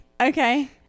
Okay